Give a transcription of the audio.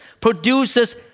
produces